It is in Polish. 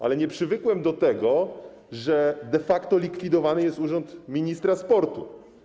Ale nie przywykłem do tego, że de facto likwidowany jest urząd ministra sportu.